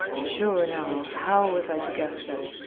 sure, now, how was i to guess that.